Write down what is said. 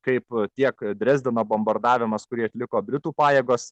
kaip tiek drezdeno bombardavimas kurį atliko britų pajėgos